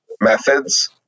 methods